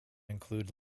include